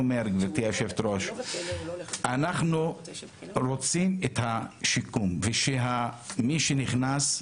היושבת-ראש, אנחנו רוצים את השיקום, ומי שנכנס,